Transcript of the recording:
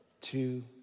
Two